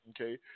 okay